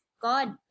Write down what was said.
God